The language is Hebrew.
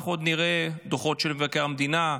אנחנו עוד נראה דוחות של מבקר המדינה,